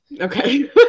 Okay